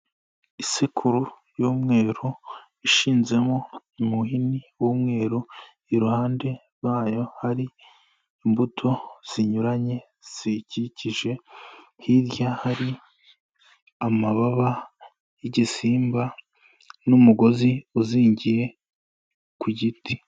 Isekuru y'umweru ishinzemo umuhini w'umweru, iruhande rwayo hari imbuto zinyuranye ziyikikije, hirya hari amababa y'igisimba n'umugozi uzingiye ku giti.